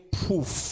proof